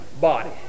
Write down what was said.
body